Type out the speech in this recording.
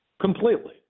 completely